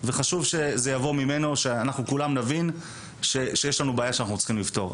וחשוב שזה יבוא ממנו ושכולנו נבין שיש לנו בעיה שאנחנו צריכים לפתור.